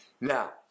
Now